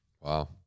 Wow